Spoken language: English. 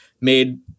made